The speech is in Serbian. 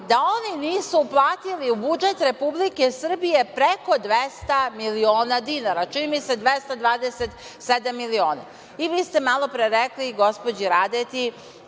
da oni nisu uplatili u budžet Republike Srbije preko 200 miliona dinara. Čini mi se 227 miliona. I vi ste malopre rekli gospođi Radeti